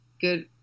good